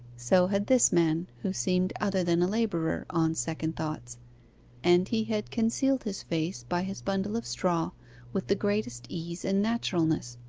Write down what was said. so had this man, who seemed other than a labourer, on second thoughts and he had concealed his face by his bundle of straw with the greatest ease and naturalness.